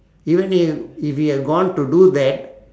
even if if he had gone to do that